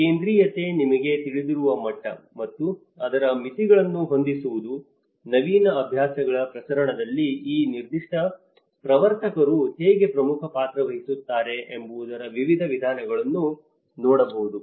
ಕೇಂದ್ರೀಯತೆ ನಿಮಗೆ ತಿಳಿದಿರುವ ಮಟ್ಟ ಮತ್ತು ಅದರ ಮಿತಿಗಳನ್ನು ಹೊಂದಿಸುವುದು ನವೀನ ಅಭ್ಯಾಸಗಳ ಪ್ರಸರಣದಲ್ಲಿ ಈ ನಿರ್ದಿಷ್ಟ ಪ್ರವರ್ತಕರು ಹೇಗೆ ಪ್ರಮುಖ ಪಾತ್ರ ವಹಿಸುತ್ತಾರೆ ಎಂಬುದರ ವಿವಿಧ ವಿಧಾನಗಳನ್ನು ನೋಡಬಹುದು